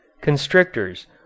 constrictors